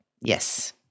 Yes